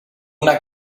una